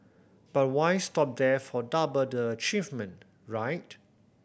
but why stop there for double the achievement right